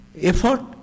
effort